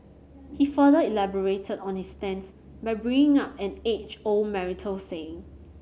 he further elaborated on his stance by bringing up an age old marital saying